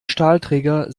stahlträger